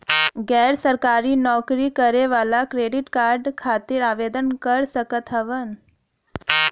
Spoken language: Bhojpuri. गैर सरकारी नौकरी करें वाला क्रेडिट कार्ड खातिर आवेदन कर सकत हवन?